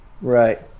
Right